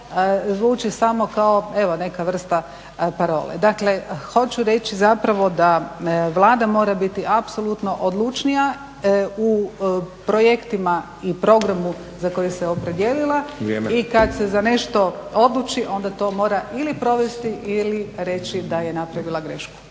zvuči samo kao, evo neka vrsta parole. Dakle, hoću reći zapravo da Vlada mora biti apsolutno odlučnija u projektima i programu za koji se opredjeljila i kada se za nešto odluči, onda to mora ili provesti ili reći da je napravila grešku.